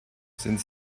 sind